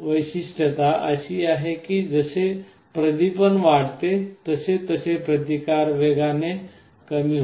वैशिष्ट्यता अशी आहे की जसे प्रदीपन वाढते तसतसे प्रतिकार वेगाने कमी होते